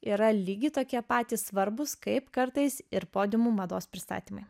yra lygiai tokie patys svarbūs kaip kartais ir podiumų mados pristatymai